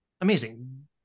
Amazing